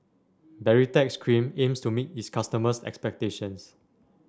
Baritex Cream aims to meet its customers' expectations